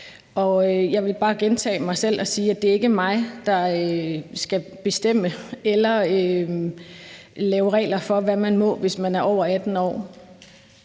Og jeg vil bare gentage mig selv og sige, at det ikke er mig, der skal bestemme eller lave regler for, hvad man må, hvis man er over 18 år.